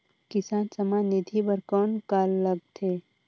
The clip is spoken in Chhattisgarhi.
किसान सम्मान निधि बर कौन का लगथे?